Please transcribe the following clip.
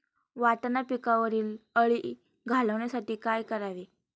वाटाणा पिकावरील अळी घालवण्यासाठी काय करावे?